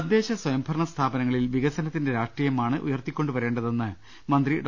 തദ്ദേശ സ്വയം ഭരണ സ്ഥാപനങ്ങളിൽ വികസനത്തിന്റെ രാഷ്ട്രീയമാണ് ഉയർത്തിക്കൊണ്ടു വരേണ്ടതെന്ന് മന്ത്രി ഡോ